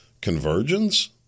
convergence